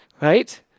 Right